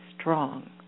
strong